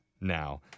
now